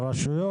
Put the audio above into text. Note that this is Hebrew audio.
הרשויות?